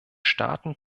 staaten